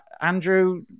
Andrew